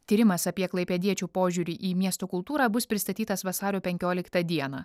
tyrimas apie klaipėdiečių požiūrį į miesto kultūrą bus pristatytas vasario penkioliktą dieną